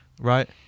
right